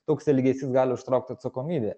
toks elgesys gali užtraukt atsakomybę